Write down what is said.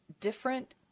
different